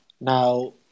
Now